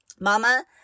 Mama